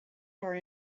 are